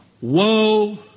woe